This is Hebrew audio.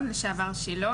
ויפה שעה אחת קודם.